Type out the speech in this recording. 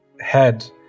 head